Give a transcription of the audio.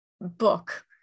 book